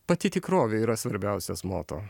pati tikrovė yra svarbiausias moto